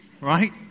right